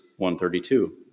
132